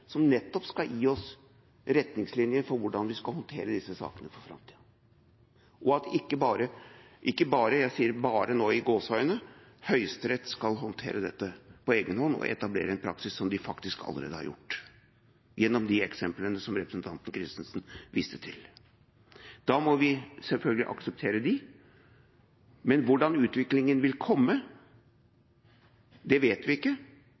som nettopp skal gi oss retningslinjer for hvordan vi skal håndtere disse sakene i framtida, og at ikke «bare» Høyesterett skal håndtere dette på egen hånd og etablere en praksis som de allerede har gjort, gjennom de eksemplene som representanten Christensen viste til. Da må vi selvfølgelig akseptere dem, men hvordan utviklinga vil bli, vet vi ikke.